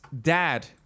dad